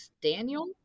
Daniel